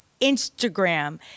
Instagram